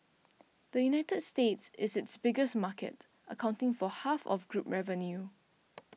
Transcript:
the United States is its biggest market accounting for half of group revenue